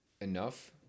enough